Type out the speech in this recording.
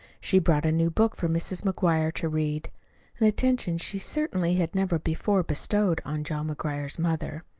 she brought a new book for mrs. mcguire to read an attention she certainly had never before bestowed on john mcguire's mother.